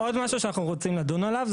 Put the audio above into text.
ועוד משהו שאנחנו רוצים לדון עליו,